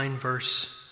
verse